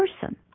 person